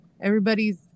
everybody's